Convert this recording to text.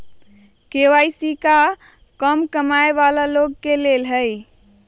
KYC का कम कमाये वाला लोग के लेल है?